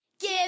Give